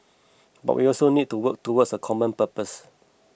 but we also need to work towards a common purpose